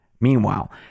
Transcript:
Meanwhile